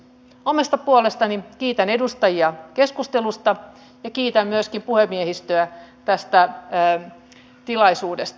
omasta puolestani kiitän edustajia keskustelusta ja kiitän myöskin puhemiehistöä tästä tilaisuudesta